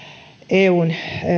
eun